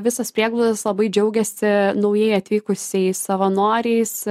visos prieglaudos labai džiaugiasi naujai atvykusiais savanoriais